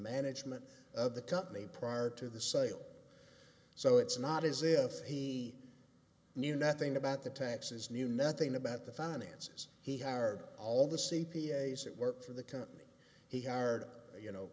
management of the company prior to the sale so it's not as if he knew nothing about the taxes knew nothing about the finances he hired all the c p a s that work for the company he hired you know